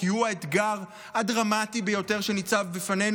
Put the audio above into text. כי הוא האתגר הדרמטי ביותר שניצב בפנינו,